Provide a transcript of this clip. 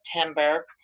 September